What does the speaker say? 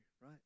right